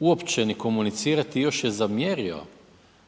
uopće ni komunicirati, još je i zamjerio